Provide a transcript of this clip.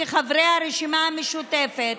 כחברי הרשימה המשותפת,